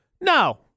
No